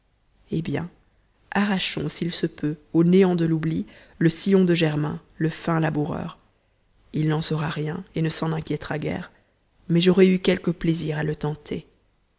eh bien arrachons s'il se peut au néant de l'oubli le sillon de germain le fin laboureur il n'en saura rien et ne s'en inquiétera guère mais j'aurai eu quelque plaisir à le tenter